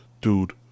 dude